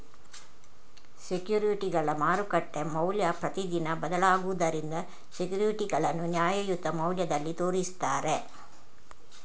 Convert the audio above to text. ಸೆಕ್ಯೂರಿಟಿಗಳ ಮಾರುಕಟ್ಟೆ ಮೌಲ್ಯ ಪ್ರತಿದಿನ ಬದಲಾಗುದರಿಂದ ಸೆಕ್ಯೂರಿಟಿಗಳನ್ನ ನ್ಯಾಯಯುತ ಮೌಲ್ಯದಲ್ಲಿ ತೋರಿಸ್ತಾರೆ